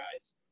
guys